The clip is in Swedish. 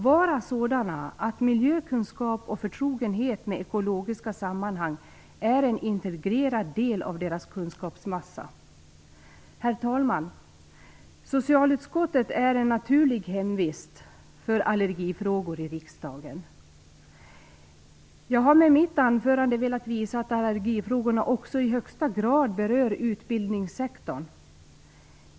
vara sådana att miljökunskap och förtrogenhet med ekologiska sammanhang är en integrerad del av deras kunskapsmassa. Herr talman! Socialutskottet är ett naturligt hemvist för allergifrågorna i riksdagen. Jag har med mitt anförande velat visa att allergifrågorna också i högsta grad berör utbildningssektorn.